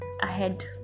ahead